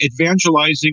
evangelizing